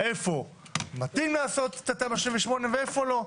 איפה מתאים לעשות את התמ"א 38 ואיפה לא?